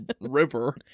river